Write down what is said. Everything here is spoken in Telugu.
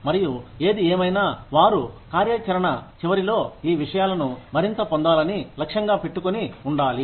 మరియు ఏది ఏమైనా వారు కార్యచరణ చివరిలో ఈ విషయాలను మరింత పొందాలని లక్ష్యంగా పెట్టుకొని ఉండాలి